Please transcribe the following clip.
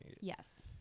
Yes